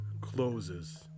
closes